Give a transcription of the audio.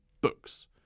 books